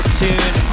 tune